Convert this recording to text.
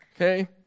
Okay